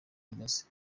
bimeze